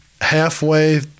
Halfway